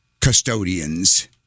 custodians